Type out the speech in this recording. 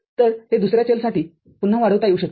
तर हे दुसर्या चलसाठी पुन्हा वाढवता येऊ शकते